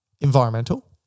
environmental